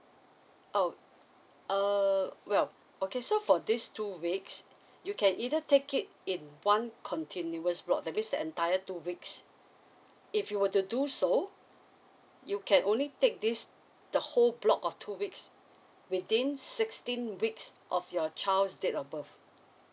oh err well okay so for these two weeks you can either take it in one continuous block that means the entire two weeks if you were to do so you can only take this the whole block of two weeks within sixteen weeks of your child's date of birth